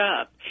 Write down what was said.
up